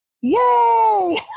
Yay